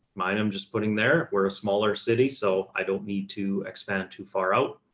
mine, i'm just putting there. we're a smaller city. so i don't need to expand too far out.